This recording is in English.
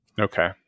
Okay